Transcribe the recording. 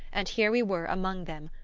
and here we were among them,